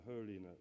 holiness